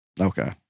Okay